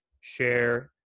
share